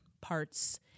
parts